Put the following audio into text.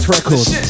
Records